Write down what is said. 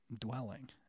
dwelling